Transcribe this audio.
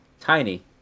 tiny